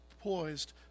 poised